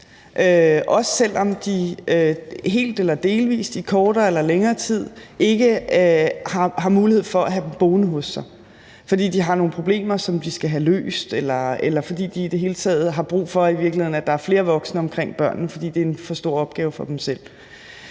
selv om de helt eller delvis i kortere eller længere tid ikke har mulighed for at have dem boende hos sig, fordi de har nogle problemer, som de skal have løst, eller fordi de i det hele taget har brug for, at der i virkeligheden er flere voksne omkring børnene, fordi det er en for stor opgave for dem selv.